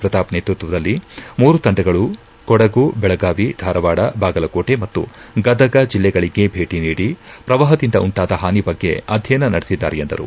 ಪ್ರತಾಪ್ ನೇತೃತ್ವದಲ್ಲಿ ಮೂರು ತಂಡಗಳು ಕೊಡುಗು ಬೆಳಗಾವಿ ಧಾರವಾದ ಬಾಗಲಕೋಟೆ ಮತ್ತು ಗದಗ ಜಿಲ್ಲೆಗಳಿಗೆ ಭೇಟಿ ನೀಡಿ ಪ್ರವಾಹದಿಂದ ಉಂಟಾದ ಹಾನಿ ಬಗ್ಗೆ ಅಧ್ಯಯನ ನಡೆಸಿದ್ದಾರೆ ಎಂದರು